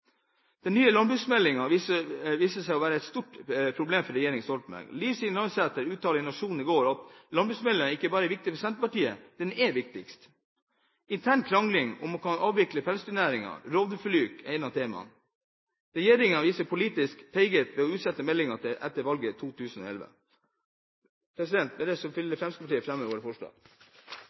Den nye landbruksmeldingen viser seg å være et stort problem for regjeringen Stoltenberg. Liv Signe Navarsete uttalte i Nationen i går at landbruksmeldingen ikke bare er viktig for Senterpartiet – den er viktigst. Intern krangling om man skal avvikle pelsdyrnæringen, og rovdyrforlik er noen av temaene. Regjeringen viser politisk feighet ved å utsette meldingen til etter valget i 2011. Jeg tar med dette opp Fremskrittspartiets forslag.